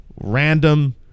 random